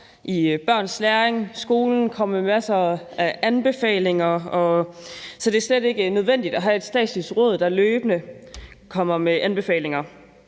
i børns læring og i skolen, og som kommer med masser af anbefalinger, og så er det slet ikke nødvendigt at have et statsligt råd, der løbende kommer med anbefalinger.